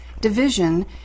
division